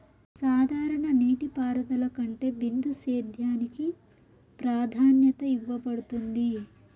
సాధారణ నీటిపారుదల కంటే బిందు సేద్యానికి ప్రాధాన్యత ఇవ్వబడుతుంది